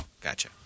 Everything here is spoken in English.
Gotcha